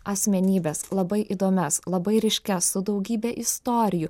asmenybes labai įdomias labai ryškias su daugybe istorijų